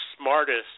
smartest